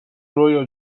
رویا